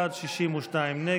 48 בעד, 62 נגד.